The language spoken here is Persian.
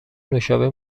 نوشابه